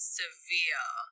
severe